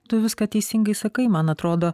tu viską teisingai sakai man atrodo